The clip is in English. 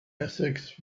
essex